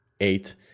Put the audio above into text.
eight